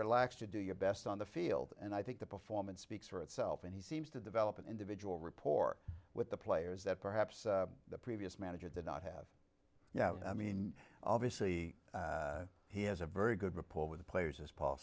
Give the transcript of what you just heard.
relaxed you do your best on the field and i think the performance speaks for itself and he seems to develop an individual report with the players that perhaps the previous manager did not have you know i mean obviously he has a very good report with the players as paul